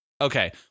Okay